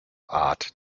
art